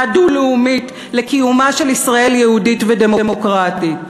דו-לאומית לקיומה של ישראל יהודית ודמוקרטית.